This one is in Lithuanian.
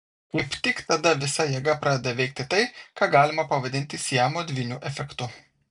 kaip tik tada visa jėga pradeda veikti tai ką galima pavadinti siamo dvynių efektu